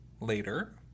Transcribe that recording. later